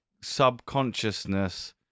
subconsciousness